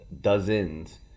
dozens